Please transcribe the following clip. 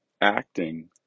acting